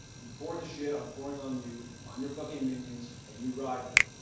you pour the shit on pouring on you on your fucking minions and you ride them.